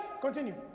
continue